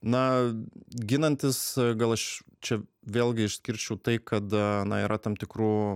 na ginantis gal aš čia vėlgi išskirčiau tai kad na yra tam tikrų